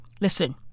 listen